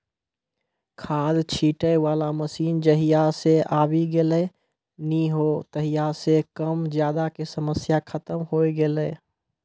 खाद छीटै वाला मशीन जहिया सॅ आबी गेलै नी हो तहिया सॅ कम ज्यादा के समस्या खतम होय गेलै